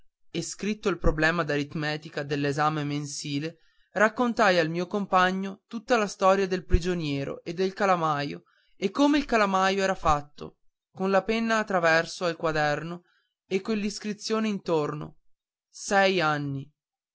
e scritto il problema d'aritmetica dell'esame mensile raccontai al mio compagno tutta la storia del prigioniero e del calamaio e come il calamaio era fatto con la penna a traverso al quaderno e quell'iscrizione intorno sei anni